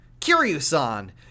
Kiryu-san